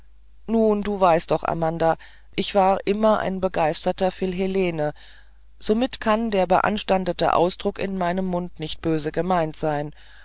nun du weißt doch amanda ich war immer ein begeisterter philhellene somit kann der beanstandete ausdruck in meinem mund nicht böse gemeint sein